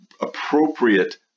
appropriate